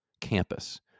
campus